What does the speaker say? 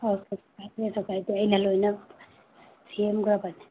ꯑꯣ ꯐꯔꯦ ꯐꯔꯦ ꯀꯩꯁꯨ ꯀꯥꯏꯗꯦ ꯑꯩꯅ ꯂꯣꯏꯅ ꯁꯦꯝꯒ꯭ꯔꯕꯅꯤ